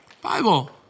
Bible